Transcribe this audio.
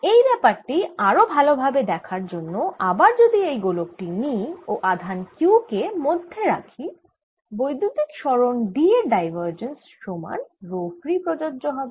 এই ব্যাপারটি আর ভাল ভাবে দেখার জন্য আবার যদি এই গোলক টি নিই ও আধান Q কে মধ্যে রাখি বৈদ্যুতিক সরণ D এর ডাইভারজেন্স সমান রো ফ্রী প্রযোজ্য হবে